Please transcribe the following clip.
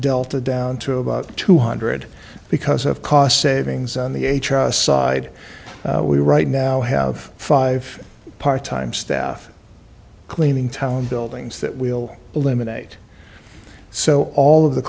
delta down to about two hundred because of cost savings on the h r side we right now have five part time staff cleaning town buildings that we'll eliminate so all of the